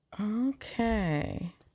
Okay